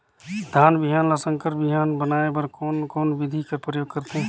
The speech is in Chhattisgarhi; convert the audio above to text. धान बिहान ल संकर बिहान बनाय बर कोन कोन बिधी कर प्रयोग करथे?